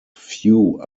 few